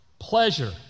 pleasure